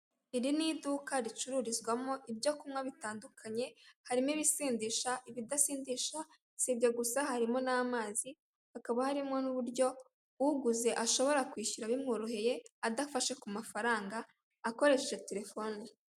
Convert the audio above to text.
Iri ni iduka ricururizwamo ibyo kunywa bitandukanye harimo ibisindisha n'ibidasindisha sibyo gusa harimo n'amazi hakaba harimo n'uburyo uwuguze ashobora kwishyura bimworoheye adafashe ku mafaranga akoresheje telefone ye.